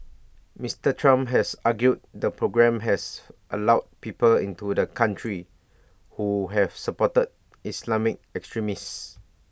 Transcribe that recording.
Mister Trump has argued the programme has allowed people into the country who have supported Islamic extremists